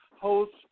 host